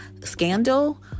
Scandal